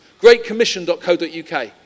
greatcommission.co.uk